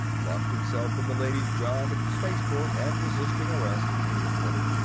locked himself in the ladies' john at the spaceport and resisting arrest, he reported.